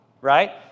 right